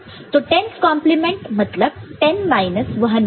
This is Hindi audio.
तो 10's कंप्लीमेंट 10's complement मतलब 10 माइनस वह नंबर